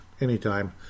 anytime